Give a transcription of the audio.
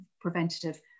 preventative